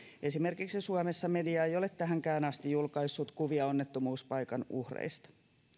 esimerkiksi suomessa media ei ole tähänkään asti julkaissut kuvia onnettomuuspaikan uhreista